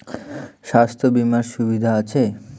স্বাস্থ্য বিমার সুবিধা আছে?